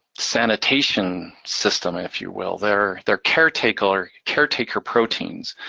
sanitation system, if you will, they're they're caretaker caretaker proteins.